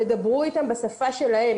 תדברו איתם בשפה שלהם.